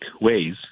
ways